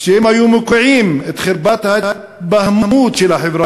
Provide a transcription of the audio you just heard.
"היו מוקיעים את חרפת ההתבהמות של החברה